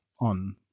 on